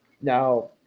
Now